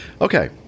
Okay